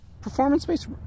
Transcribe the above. Performance-based